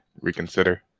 reconsider